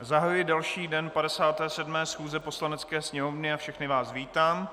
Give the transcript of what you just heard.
Zahajuji další den 57. schůze Poslanecké sněmovny a všechny vás vítám.